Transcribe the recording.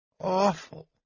Awful